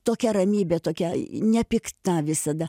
tokia ramybė tokia i nepikta visada